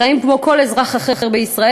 חיים כמו כל אזרח אחר בישראל.